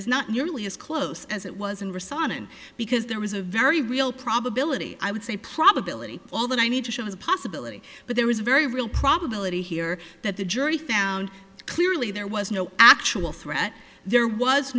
is not nearly as close as it was in resigning because there is a very real probability i would say probability all that i need to show is a possibility but there is a very real probability here that the jury found clearly there was no actual threat there was